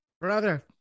Brother